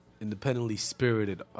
independently-spirited